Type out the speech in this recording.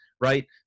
right